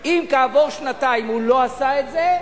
אם כעבור שנתיים הוא לא עשה את זה,